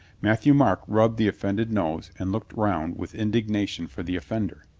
matthieu marc rubbed the offended nose and looked round with indignation for the offender.